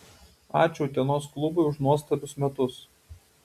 ačiū utenos klubui už nuostabius metus